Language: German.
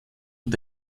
und